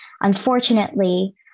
Unfortunately